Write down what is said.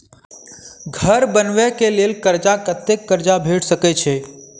घर बनबे कऽ लेल कर्जा कत्ते कर्जा भेट सकय छई?